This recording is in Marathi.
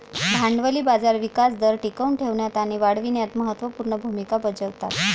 भांडवली बाजार विकास दर टिकवून ठेवण्यात आणि वाढविण्यात महत्त्व पूर्ण भूमिका बजावतात